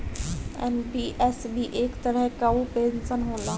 NPS भी एक तरही कअ पेंशन होला